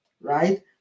right